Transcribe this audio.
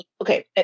okay